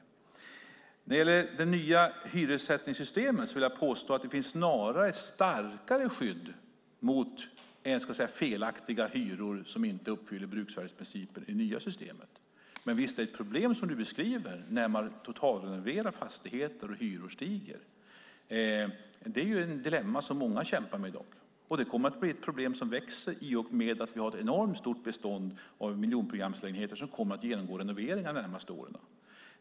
Jag vill påstå att det i det nya hyressättningssystemet snarare finns ett starkare skydd mot felaktiga hyror som inte uppfyller bruksvärdesprincipen. Men visst är det ett problem när man totalrenoverar fastigheter och hyror stiger. Det är ett dilemma som många kämpar med i dag. Det kommer att bli ett problem som växer i och med att vi har ett stort bestånd av miljonprogramslägenheter som kommer att genomgå renoveringar de närmaste åren.